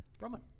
Roman